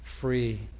free